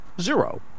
Zero